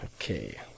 Okay